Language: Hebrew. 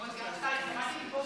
כבוד סגן השר, השאלה היא מפה ואילך.